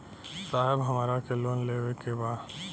साहब हमरा के लोन लेवे के बा